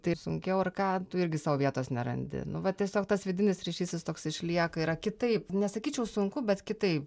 tai ir sunkiau ar ką tu irgi sau vietos nerandi nu va tiesiog tas vidinis ryšys jis toks išlieka yra kitaip nesakyčiau sunku bet kitaip